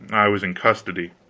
i was in custody.